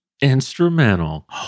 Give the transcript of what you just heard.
instrumental